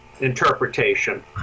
interpretation